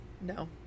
No